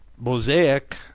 mosaic